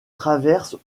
traversent